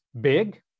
big